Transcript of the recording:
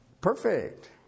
perfect